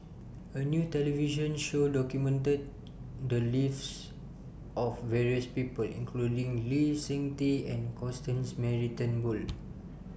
A New television Show documented The Lives of various People including Lee Seng Tee and Constance Mary Turnbull